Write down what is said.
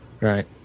Right